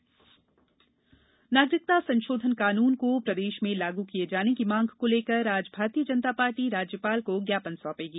भाजपा ज्ञापन नागरिकता संशोधन कानून को प्रदेश में लागू किए जाने की मांग को लेकर आज भारतीय जनता पार्टी राज्यपाल को ज्ञापन सौंपेगी